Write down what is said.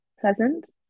pleasant